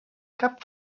cap